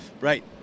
Right